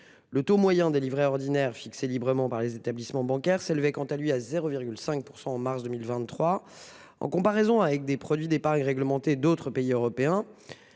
Le taux moyen des livrets ordinaires, fixé librement par les établissements bancaires, s'élevait quant à lui à 0,5 % en mars 2023. Comparés aux produits d'épargne réglementée des autres pays européens,